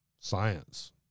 science